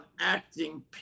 acting